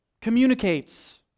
communicates